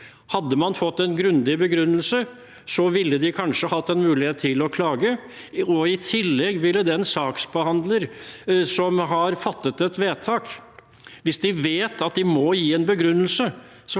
Hadde de fått en grundig begrunnelse, ville de kanskje hatt en mulig het til å klage. I tillegg: Hvis den saksbehandleren som har fattet et vedtak, hadde visst at man må gi en begrunnelse,